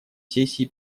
сессии